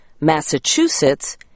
Massachusetts